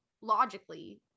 logically